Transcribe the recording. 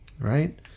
right